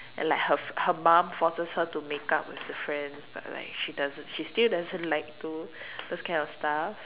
and like her her mum forces her to make up with her friends but like she doesn't she still doesn't like to those kind of stuff